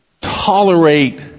tolerate